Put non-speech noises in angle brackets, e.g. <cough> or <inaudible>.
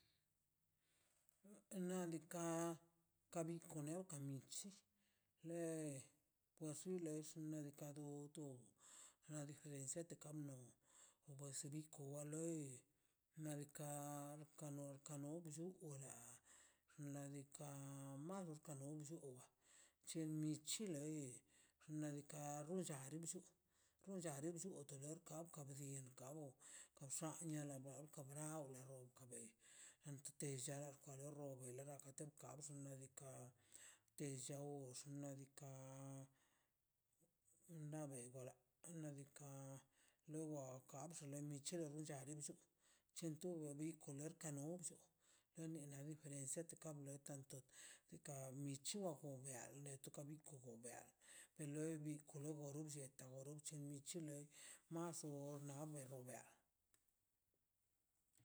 Nadika ka bikone kabi chi le porsi leixi nadika do la diferencia de kamno pues biko kwa loi nadika ka nor ka nol llugola xladika maduka no nllo chen mi cheli xna'' diika'' gull dar millu no llare datore ka kabsinka o kabsiania la bra kabrao la runka be nonte llal lo robl notengabska nadika te llau xna' diika' na be bola nadika loba nakabxini <unintelligible> <hesitation> chentuna wenkubi lerka nunllu lena de diferencia le kable tanto diika' michuago bialo toka ikogo biabe de loi bikoro lo blliet dolo michin miche le mas o lee leaga